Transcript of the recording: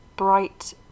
bright